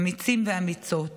אמיצים ואמיצות,